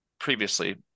Previously